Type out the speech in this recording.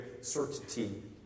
certainty